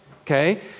okay